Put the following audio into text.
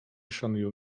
szanują